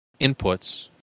inputs